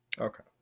okay